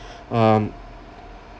um